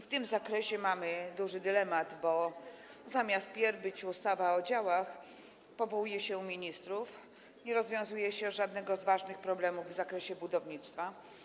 W tym zakresie mamy duży dylemat, bo wpierw powinna być ustawa o działach, a powołuje się ministrów, nie rozwiązuje się żadnego z ważnych problemów w zakresie budownictwa.